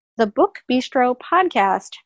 thebookbistropodcast